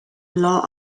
law